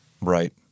Right